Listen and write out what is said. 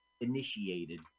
initiated